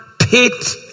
pit